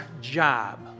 job